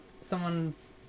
someone's